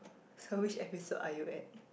so which episode are you at